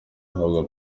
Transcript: ahabwa